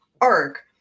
arc